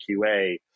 QA